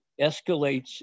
escalates